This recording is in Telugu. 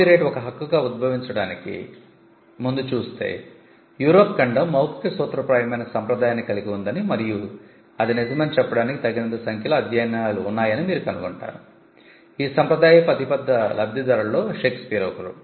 కాపీరైట్ ఒక హక్కుగా ఉద్భవించడానికి ముందు చూస్తే యూరప్ ఖండం మౌఖిక సూత్రప్రాయమైన సంప్రదాయాన్ని కలిగి ఉందని మరియు అది నిజమని చెప్పడానికి తగినంత సంఖ్యలో అధ్యయనాలు ఉన్నాయని మీరు కనుగొంటారు ఈ సంప్రదాయపు అతిపెద్ద లబ్ధిదారులలో షేక్స్పియర్ ఒకరు